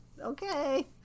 okay